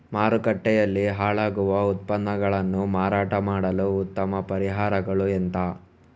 ಮಾರುಕಟ್ಟೆಯಲ್ಲಿ ಹಾಳಾಗುವ ಉತ್ಪನ್ನಗಳನ್ನು ಮಾರಾಟ ಮಾಡಲು ಉತ್ತಮ ಪರಿಹಾರಗಳು ಎಂತ?